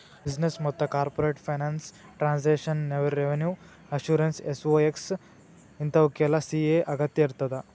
business ಮತ್ತ corporate finance taxation revenue assurance SOX ಇಂತಾವುಕ್ಕೆಲ್ಲಾ CA ಅಗತ್ಯಇರ್ತದ